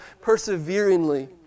perseveringly